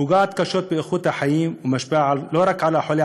פוגעת קשות באיכות החיים ומשפיעה לא רק על החולה